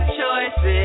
choices